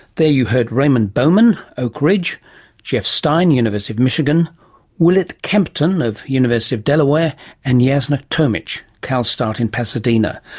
there you heard raymond boeman, oak ridge jeff stein, university of michigan willett kempton of the university of delaware and yeah jasna tomic, calstart in pasadena.